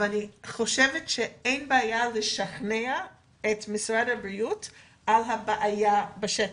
אבל אני חושבת שאין בעיה לשכנע את משרד הבריאות על הבעיה בשטח.